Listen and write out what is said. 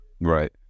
Right